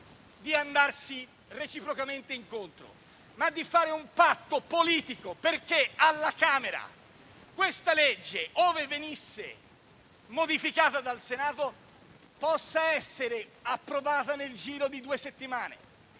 di venirsi reciprocamente incontro, ma di fare un patto politico perché alla Camera questa legge, ove venisse modificata dal Senato, possa essere approvata nel giro di due settimane.